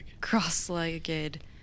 cross-legged